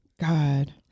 god